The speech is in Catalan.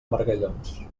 margallons